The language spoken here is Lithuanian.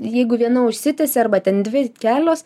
jeigu viena užsitęsė arba ten dvi kelios